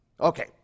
Okay